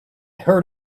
heard